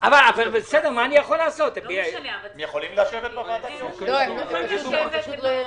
אם אתם שואלים אותי,